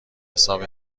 حساب